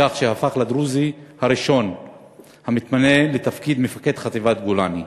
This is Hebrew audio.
בכך שהפך לדרוזי הראשון המתמנה לתפקיד מפקד חטיבת גולני.